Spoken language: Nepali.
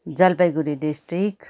जलपाइगढी डिस्ट्रिक्ट